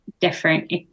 different